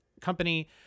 company